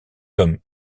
homme